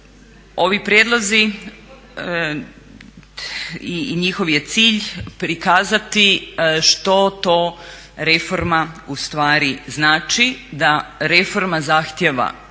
ovi prijedlozi i njihov je cilj prikazati što to reforma ustvari znači da reforma zahtjeva